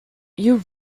you